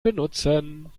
benutzen